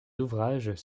ouvrages